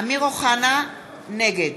נגד